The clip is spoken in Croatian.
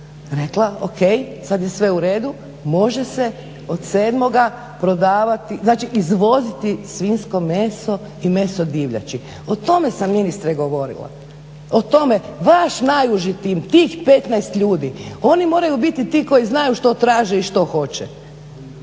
rekla o.k. sad je sve u redu, može se od sedmoga prodavati, znači izvoziti svinjsko meso i meso divljači. O tome sam ministre govorila, o tome. Vaš najuži tim, tih 15 ljudi, oni moraju bit ti koji znaju što traže i što hoće.